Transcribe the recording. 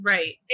Right